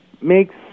makes